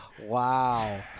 Wow